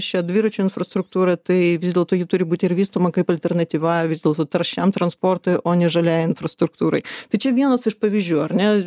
šią dviračių infrastruktūrą tai vis dėlto ji turi būti ir vystoma kaip alternatyva vis dėlto taršiam transportui o ne žaliajai infrastruktūrai tai čia vienas iš pavyzdžių ar ne